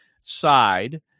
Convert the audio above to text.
side